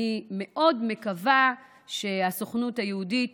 אני מאוד מקווה שהסוכנות היהודית